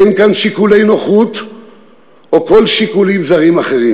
אין כאן שיקולי נוחות או כל שיקולים זרים אחרים.